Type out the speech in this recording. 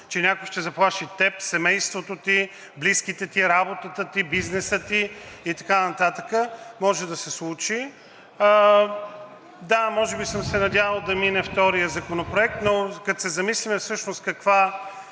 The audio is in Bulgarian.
че някой ще заплаши теб, семейството ти, близките ти, работата ти, бизнеса ти и така нататък. Може да се случи. Да, може би съм се надявал да мине вторият законопроект, но като се замислим всъщност каква